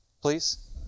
please